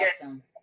awesome